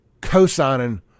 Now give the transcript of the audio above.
co-signing